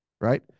right